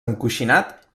encoixinat